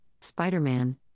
Spider-Man